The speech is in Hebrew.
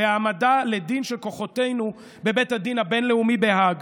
של כוחותינו בבית הדין הבין-לאומי בהאג?